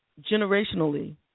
generationally